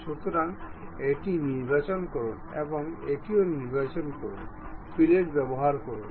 সুতরাং এটি নির্বাচন করুন এবং এটিও নির্বাচন করুন ফিলেট ব্যবহার করুন